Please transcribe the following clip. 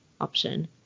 option